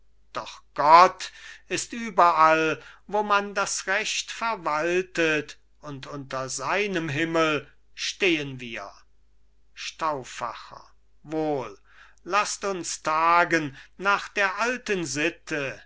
doch gott ist überall wo man das recht verwaltet und unter seinem himmel stehen wir stauffacher wohl lasst uns tagen nach der alten sitte